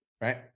right